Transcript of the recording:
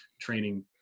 training